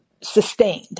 sustained